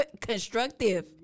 Constructive